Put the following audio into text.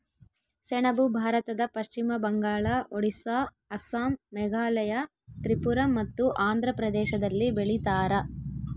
ಸೆಣಬು ಭಾರತದ ಪಶ್ಚಿಮ ಬಂಗಾಳ ಒಡಿಸ್ಸಾ ಅಸ್ಸಾಂ ಮೇಘಾಲಯ ತ್ರಿಪುರ ಮತ್ತು ಆಂಧ್ರ ಪ್ರದೇಶದಲ್ಲಿ ಬೆಳೀತಾರ